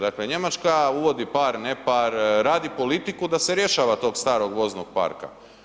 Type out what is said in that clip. Dakle Njemačka u vodi par, ne par radi politiku da se rješava tog starog voznog parka.